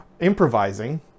Improvising